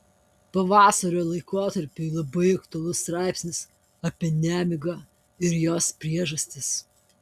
pavasario laikotarpiui labai aktualus straipsnis apie nemigą ir jos priežastis